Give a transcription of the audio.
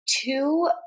two